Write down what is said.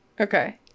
Okay